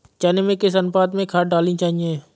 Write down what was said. चने में किस अनुपात में खाद डालनी चाहिए?